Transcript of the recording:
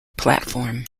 platform